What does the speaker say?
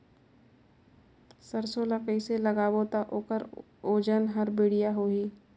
सरसो ला कइसे लगाबो ता ओकर ओजन हर बेडिया होही?